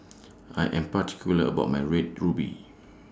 I Am particular about My Red Ruby